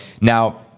Now